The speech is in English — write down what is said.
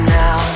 now